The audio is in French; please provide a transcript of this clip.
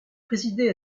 présidée